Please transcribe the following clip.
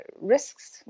risks